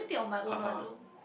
(uh huh)